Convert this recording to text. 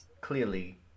clearly